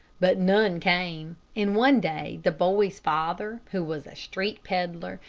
but none came and one day, the boy's father, who was a street peddler,